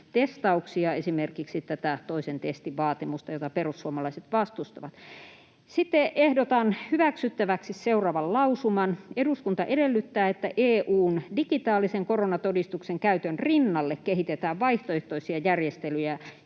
esimerkiksi tätä toisen testin vaatimusta, jota perussuomalaiset vastustavat. Sitten ehdotan hyväksyttäväksi seuraavan lausuman: ”Eduskunta edellyttää, että EU:n digitaalisen koronatodistuksen käytön rinnalle kehitetään vaihtoehtoisia järjestelyjä,